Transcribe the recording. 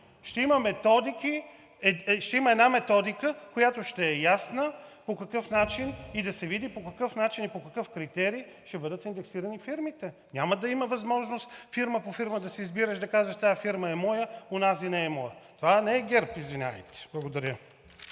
една методика, която ще е ясна, и да се види по какъв начин и по какъв критерий ще бъдат индексирани фирмите. Няма да има възможност фирма по фирма да си избираш и да казваш: тази фирма е моя, онази не е моя. Това не е ГЕРБ, извинявайте! Благодаря.